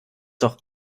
doch